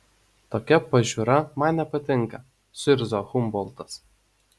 tokia pažiūra man nepatinka suirzo humboltas